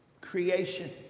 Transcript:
Creation